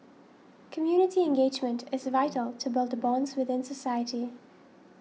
community engagement is vital to build the bonds within society